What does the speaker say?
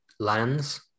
lands